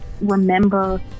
remember